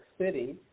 City